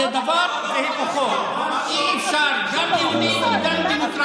אין לך שוויון בפני החוק.